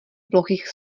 plochých